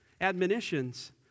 admonitions